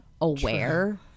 aware